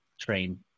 train